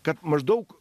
kad maždaug